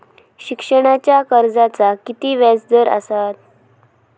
शिक्षणाच्या कर्जाचा किती व्याजदर असात?